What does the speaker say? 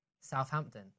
Southampton